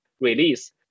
release